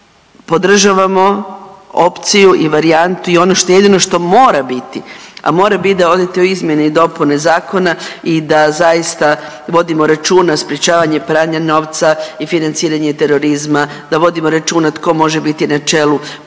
podržavamo opciju i varijantu i ono jedino što mora biti, a mora biti da odete u izmjene i dopune zakona i da zaista vodimo računa sprječavanje pranja novca i financiranje terorizma, da vodimo računa tko može biti na čelu pojedinih